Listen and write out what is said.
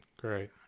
Great